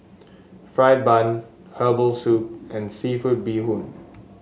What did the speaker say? fried bun Herbal Soup and seafood Bee Hoon